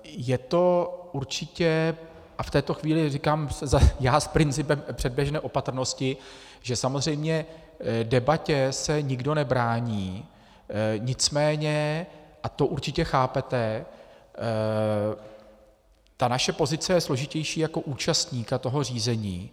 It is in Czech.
Je to určitě, a v této chvíli říkám já s principem předběžné opatrnosti, že samozřejmě debatě se nikdo nebrání, nicméně, a to určitě chápete, naše pozice je složitější jako účastníka toho řízení.